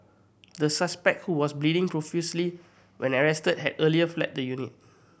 the suspect who was bleeding profusely when arrested had earlier fled the unit